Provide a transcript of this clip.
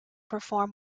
perform